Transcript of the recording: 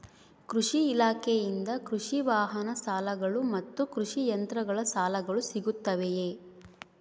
ಕೃಷಿ ಇಲಾಖೆಯಿಂದ ಕೃಷಿ ವಾಹನ ಸಾಲಗಳು ಮತ್ತು ಕೃಷಿ ಯಂತ್ರಗಳ ಸಾಲಗಳು ಸಿಗುತ್ತವೆಯೆ?